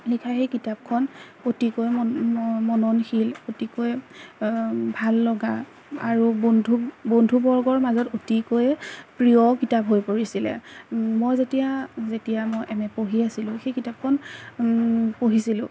লিখা সেই কিতাপখন অতিকৈ মননশীল অতিকৈ ভাললগা আৰু বন্ধু বন্ধুবৰ্গৰ মাজত অতিকৈ প্ৰিয় কিতাপ হৈ পৰিছিলে মই যেতিয়া যেতিয়া মই এম এ পঢ়ি আছিলোঁ সেই কিতাপখন পঢ়িছিলোঁ